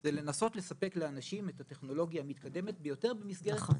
היא לנסות לספק לאנשים את הטכנולוגיה המתקדמת ביותר במסגרת הסל.